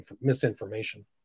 misinformation